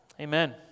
Amen